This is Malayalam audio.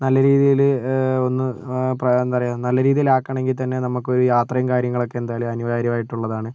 നല്ല രീതിയില് ഒന്ന് ഇപ്പം എന്താ പറയുക നല്ല രീതിയില് ആക്കണമെങ്കിൽ തന്നെ നമുക്ക് ഒരു യാത്രയും കാര്യങ്ങളൊക്കെ എന്തായാലും അനിവാര്യമായിട്ടുള്ളതാണ്